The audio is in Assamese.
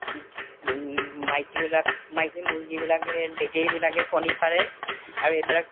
মাইকীবিলাক মাইকী মুৰ্গীবিলাকে ডেকেৰিবিলাকে কণী পাৰে আৰু এইবিলাক